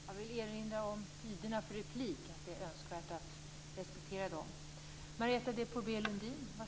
Jag vill erinra om tiderna för repliker. Det är önskvärt att de respekteras.